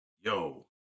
yo